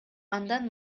андан